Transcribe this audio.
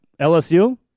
LSU